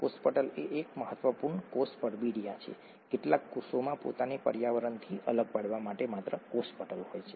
કોષ પટલ એ એક મહત્વપૂર્ણ કોષ પરબિડીયા છે કેટલાક કોષોમાં પોતાને પર્યાવરણથી અલગ પાડવા માટે માત્ર કોષ પટલ હોય છે